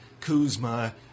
Kuzma